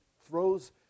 throws